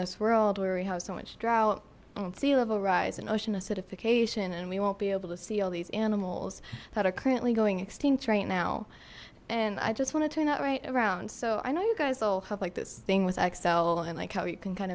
this world where we have so much droughts sea level rise and ocean acidification and we won't be able to see all these animals that are currently going extinct right now and i just want to turn that right around so i know you guys all have like this thing with excel and like how you can kind